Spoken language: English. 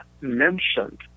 mentioned